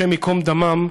השם ייקום דמם,